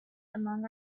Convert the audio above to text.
among